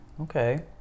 okay